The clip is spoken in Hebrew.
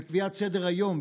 בקביעת סדר-היום,